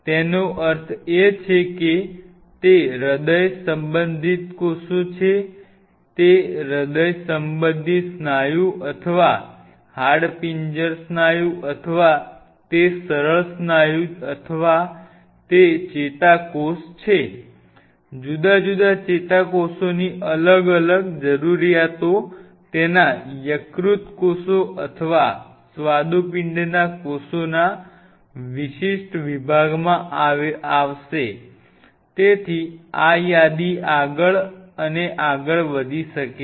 તેનો અર્થ એ કે તે હૃદય સંબંધી કોષ છે તે હૃદય સંબંધી સ્નાયુ અથવા તે હાડપિંજર સ્નાયુ અથવા તે સરળ સ્નાયુ અથવા તે ચેતાકોષ છે જુદા જુદા ચેતાકોષોની અલગ અલગ જરૂરિયાતો તેના યકૃત કોષો અથવા સ્વાદુપિંડના કોષોના વિશિષ્ટ વિભાગમાં આવશે તેથી આ યાદી આગળ અને આગળ વધી શકે છે